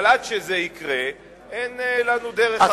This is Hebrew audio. אבל עד שזה יקרה אין לנו דרך אחרת,